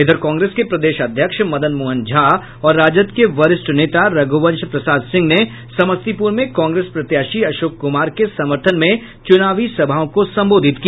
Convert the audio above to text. इधर कांग्रेस के प्रदेश अध्यक्ष मदन मोहन झा और राजद के वरिष्ठ नेता रघुवंश प्रसाद सिंह ने समस्तीपुर में कांग्रेस प्रत्याशी अशोक कुमार के समर्थन में चुनावी सभाओं को संबोधित किया